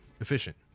efficient